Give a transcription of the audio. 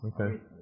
Okay